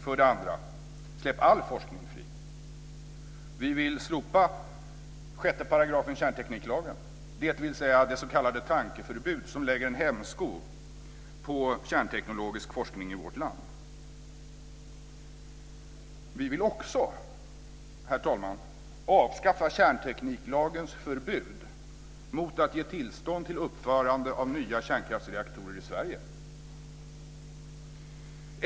För det andra: Släpp all forskning fri! Vi vill slopa 6 § i kärntekniklagen, dvs. det s.k. tankeförbud som lägger en hämsko på kärnteknologisk forskning i vårt land. För det tredje vill vi också, herr talman, avskaffa kärntekniklagens förbud mot att ge tillstånd till uppförande av nya kärnkraftsreaktorer i Sverige.